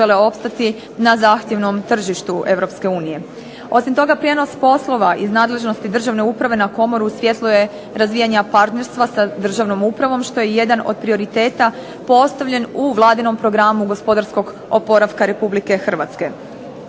na zahtjevnom tržištu EU. Osim toga prijenos poslova iz nadležnosti državne uprave na komoru svjetlo je razvijanja partnerstva sa držanom upravom što je jedan od prioriteta postavljen u vladinom Programu gospodarskog oporavka Republike Hrvatske.